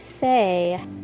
say